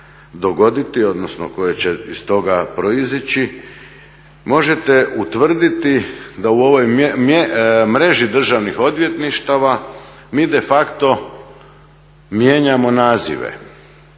odnosno koje će iz toga proizići možete utvrditi da u ovoj mreži državnih odvjetništava mi de facto mijenjamo nazive.